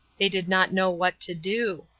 they did not know what to do.